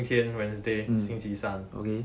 今天 wednesday 星期三